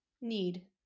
need